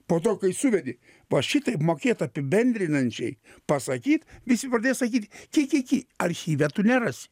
po to kai suvedi va šitaip mokėt apibendrinančiai pasakyt visi pradėjo sakyt chi chi chi archyve tu nerasi